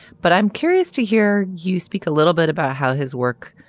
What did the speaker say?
but i'm curious to hear you speak a little bit about how his work